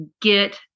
get